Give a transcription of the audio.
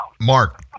mark